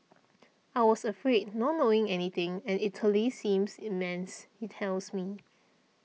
I was afraid not knowing anything and Italy seems immense he tells me